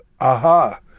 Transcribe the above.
Aha